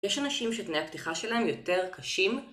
יש אנשים שתנאי הפתיחה שלהם יותר קשים